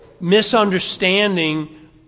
misunderstanding